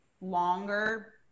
longer